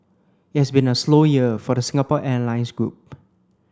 it has been a slow year for the Singapore Airlines group